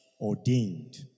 ordained